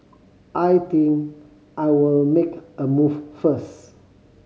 I think I'll make a move first